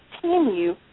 continue